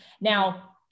Now